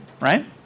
right